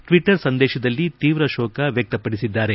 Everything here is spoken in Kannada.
ಟ್ವಟರ್ ಸಂದೇಶದಲ್ಲಿ ತೀವ್ರ ಶೋಕ ವ್ಯಕ್ತಪಡಿಸಿದ್ದಾರೆ